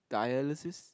dialysis